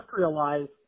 industrialize